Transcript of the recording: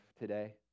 today